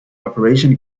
operation